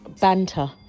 banter